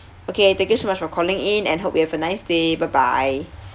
okay thank you so much for calling in and hope you have a nice day bye bye